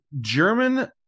German